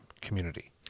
community